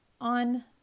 on